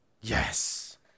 Yes